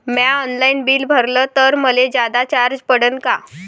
म्या online bill भरलं तर मले जादा चार्ज पडन का?